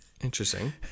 Interesting